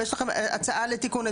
אם יש לכם הצעה לתיקון,